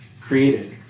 created